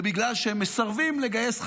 זה בגלל שהם מסרבים לגייס חרדים.